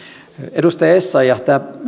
edustaja essayah tämä